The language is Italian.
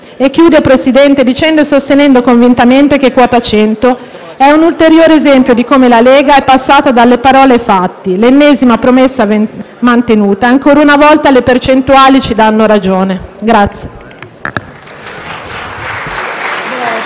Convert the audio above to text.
Concludo, Presidente, sostenendo convintamente che quota 100 è un ulteriore esempio di come la Lega sia passata dalle parole ai fatti: l'ennesima promessa mantenuta, e ancora una volta le percentuali ci danno ragione.